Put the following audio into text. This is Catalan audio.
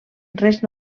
res